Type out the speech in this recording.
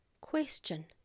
Question